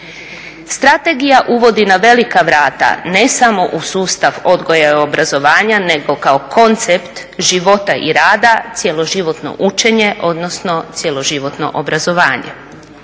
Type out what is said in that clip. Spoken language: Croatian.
Strategija uvodi na velika vrata ne samo u sustav odgoja i obrazovanja nego kao koncept života i rada, cjeloživotno učenje odnosno cjeloživotno obrazovanje.